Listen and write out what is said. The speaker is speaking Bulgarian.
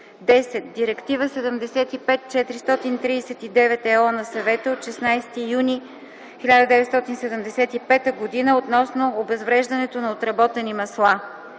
10. Директива 75/439/ ЕО на Съвета от 16 юни 1975 г. относно обезвреждането на отработени масла.